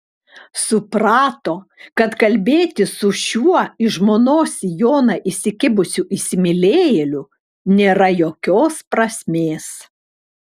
suprato kad kalbėtis su šiuo į žmonos sijoną įsikibusiu įsimylėjėliu nėra jokios prasmės